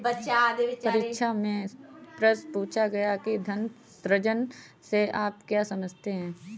परीक्षा में प्रश्न पूछा गया कि धन सृजन से आप क्या समझते हैं?